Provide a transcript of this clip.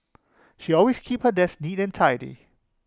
she always keeps her desk neat and tidy